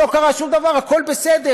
לא קרה שום דבר, הכול בסדר.